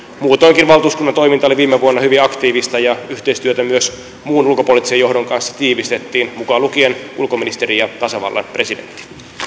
muutoinkin valtuuskunnan toiminta oli viime vuonna hyvin aktiivista ja yhteistyötä myös muun ulkopoliittisen johdon kanssa tiivistettiin mukaan lukien ulkoministeri ja tasavallan presidentti